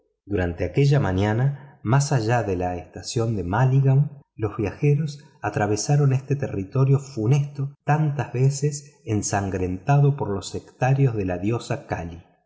durante aquella mañana más allá de la estación de malligaum los viajeros atravesaron este territorio funesto tantas veces ensangrentado por los sectarios de la diosa kali